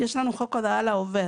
יש לנו חוק הודעה לעובד.